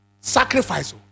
Sacrifice